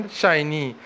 shiny